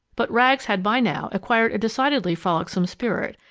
but rags had by now acquired a decidedly frolicsome spirit,